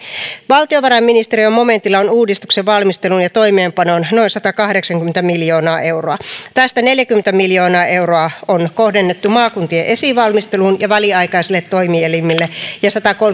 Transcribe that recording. valtiovarainministeriön momentilla on uudistuksen valmisteluun ja toimeenpanoon noin satakahdeksankymmentä miljoonaa euroa tästä neljäkymmentä miljoonaa euroa on kohdennettu maakuntien esivalmisteluun ja väliaikaisille toimielimille ja satakolmekymmentä